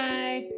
Bye